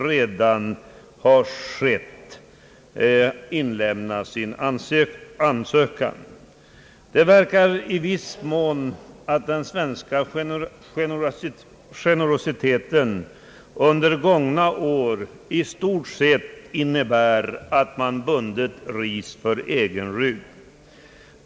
redan har skett — inlämna sin ansökan. Det verkar i viss mån som om Sveriges generositet under gångna år i stort sett innebär, att man bundit ris för egen rygg.